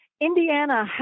Indiana